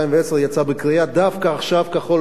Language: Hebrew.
יצא בקריאה: דווקא עכשיו כחול-לבן,